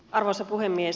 arvoisa puhemies